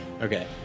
Okay